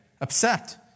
upset